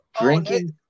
Drinking